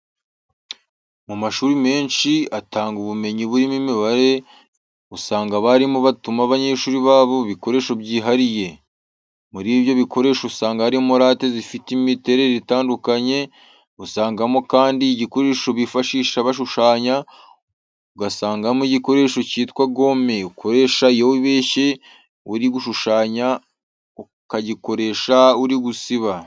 Mu mashuri menshi atanga ubumenyi burimo imibare, usanga abarimu batuma abanyeshuri babo ibikoresho byihariye. Muri ibyo bikoresho usanga harimo rate zifite imiterere itandukanye, usangamo kandi igikoresho bifashisha bashushanya, ugasangamo igikoresho cyitwa gome ukoresha iyo wibeshye uri gushushanya, ukagikoresha uri gusiba.